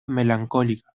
melancólica